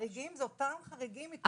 חריגים זה אותם חריגים מתוך הקבוצה,